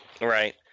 Right